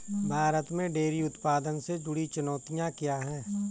भारत में डेयरी उत्पादन से जुड़ी चुनौतियां क्या हैं?